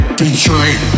Detroit